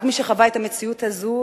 רק מי שחווה את המציאות הזאת,